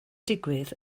digwydd